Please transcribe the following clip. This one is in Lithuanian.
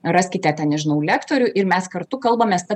raskite ten nežinau lektorių ir mes kartu kalbamės ta